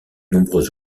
nombreux